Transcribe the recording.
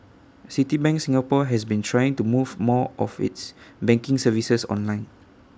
Citibank Singapore has been trying to move more of its banking services online